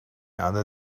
other